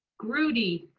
gruddy.